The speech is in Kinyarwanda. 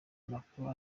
amakuru